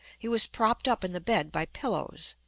he was propped up in the bed by pillows.